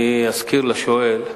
אני אזכיר לשואל,